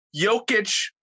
Jokic